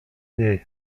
niej